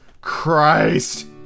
Christ